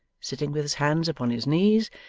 sitting with his hands upon his knees,